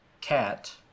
Cat